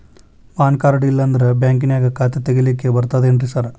PAN card ಇಲ್ಲಂದ್ರ ಬ್ಯಾಂಕಿನ್ಯಾಗ ಖಾತೆ ತೆಗೆಲಿಕ್ಕಿ ಬರ್ತಾದೇನ್ರಿ ಸಾರ್?